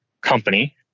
company